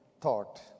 thought